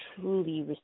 truly